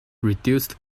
reduced